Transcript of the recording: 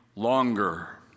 Longer